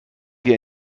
wir